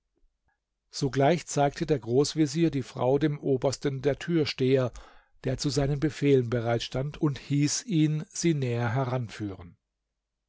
sogleich zeigte der großvezier die frau dem obersten der türsteher der zu seinen befehlen bereitstand und hieß ihn sie näher heranführen